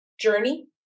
journey